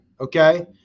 Okay